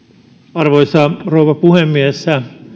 arvoisa rouva puhemies